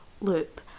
Loop